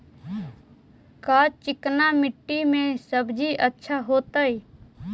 का चिकना मट्टी में सब्जी अच्छा होतै?